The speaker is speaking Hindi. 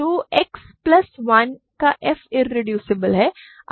तो X प्लस 1 का f इरेड्यूसबल है